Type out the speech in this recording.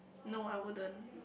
no I wouldn't